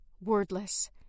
wordless